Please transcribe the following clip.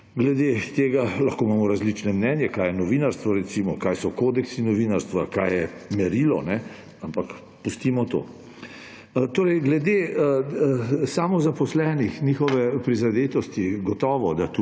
glede tega lahko imamo različno mnenje. Kaj je novinarstvo, recimo, kaj so kodeksi novinarstva, kaj je merilo, ampak pustimo to. Torej, glede samozaposlenih, njihove prizadetosti. Gotovo, da